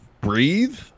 breathe